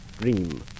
dream